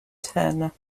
turner